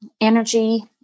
energy